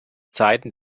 zeiten